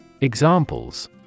Examples